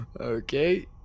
Okay